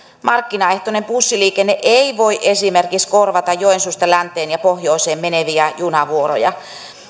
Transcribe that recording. markkinaehtoinen bussiliikenne ei voi esimerkiksi korvata joensuusta länteen ja pohjoiseen meneviä junavuoroja